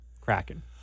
Kraken